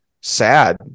sad